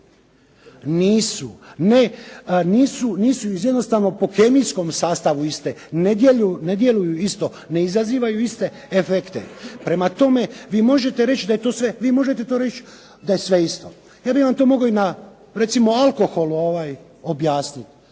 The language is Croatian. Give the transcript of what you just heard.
iste. Nisu jednostavno po kemijskom sastavu iste, ne djeluju isto, ne izazivaju iste efekte. Prema tome, vi možete to reći da je sve isto. Ja bih vam to mogao recimo i na alkoholu objasniti.